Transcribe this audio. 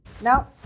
now